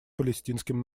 палестинским